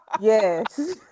Yes